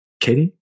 Katie